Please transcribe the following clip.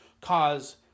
cause